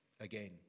again